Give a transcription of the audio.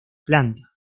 planta